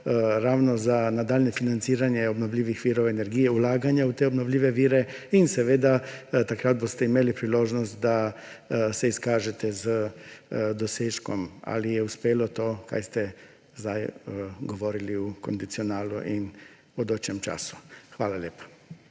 ravno za nadaljnje financiranje obnovljivih virov energije, vlaganja v te obnovljive vire in seveda, takrat boste imeli priložnost, da se izkažete z dosežkom, ali je uspelo to, kar ste zdaj govorili v kondicionalu in bodočem času. Hvala lepa.